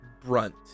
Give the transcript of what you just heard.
brunt